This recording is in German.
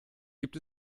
gibt